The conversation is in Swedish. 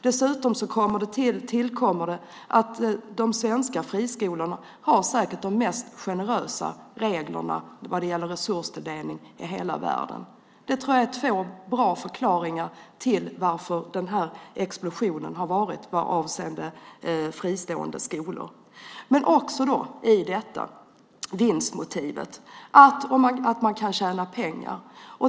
Dessutom tillkommer att de svenska friskolorna säkert har de mest generösa reglerna vad gäller resurstilldelning i hela världen. Det tror jag är två bra förklaringar till explosionen avseende fristående skolor. Vinstmotivet är också en del i detta. Man kan tjäna pengar.